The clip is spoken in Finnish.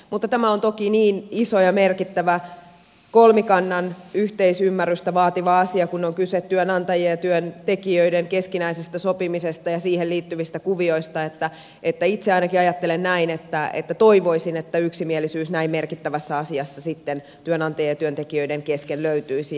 mutta tämä on toki niin iso ja merkittävä kolmikannan yhteisymmärrystä vaativa asia kun on kyse työnantajien ja työntekijöiden keskinäisestä sopimisesta ja siihen liittyvistä kuvioista että itse ainakin ajattelen näin että toivoisin että yksimielisyys näin merkittävässä asiassa sitten työnantajien ja työntekijöiden kesken löytyisi